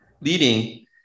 leading